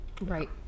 right